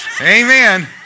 Amen